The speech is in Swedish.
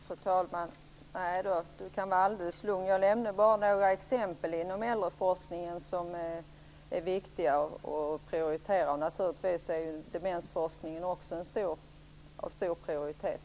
Fru talman! Nej, Barbro Westerholm kan vara alldeles lugn. Jag nämnde några exempel inom äldreforskningen som är viktiga att prioritera. Demensforskningen är naturligtvis också av hög prioritet.